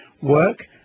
work